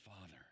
father